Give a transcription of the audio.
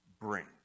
bring